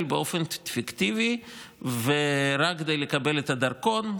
באופן פיקטיבי ורק כדי לקבל את הדרכון.